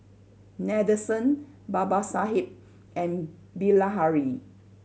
Nadesan Babasaheb and Bilahari